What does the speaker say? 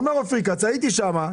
אומר אופיר כץ: הייתי שם.